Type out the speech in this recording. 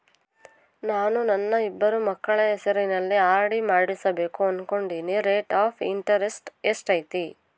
ನಾನು ನನ್ನ ಇಬ್ಬರು ಮಕ್ಕಳ ಹೆಸರಲ್ಲಿ ಆರ್.ಡಿ ಮಾಡಿಸಬೇಕು ಅನುಕೊಂಡಿನಿ ರೇಟ್ ಆಫ್ ಇಂಟರೆಸ್ಟ್ ಎಷ್ಟೈತಿ?